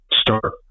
start